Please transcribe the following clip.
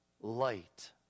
light